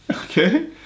okay